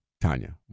Tanya